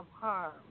harm